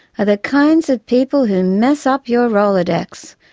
are the kinds of people who mess up your rolodex,